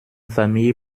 famille